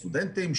סטודנטים.